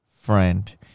Friend